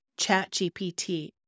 ChatGPT